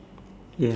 ya